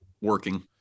working